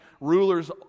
rulers